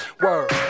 Word